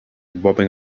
bobbing